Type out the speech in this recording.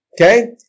okay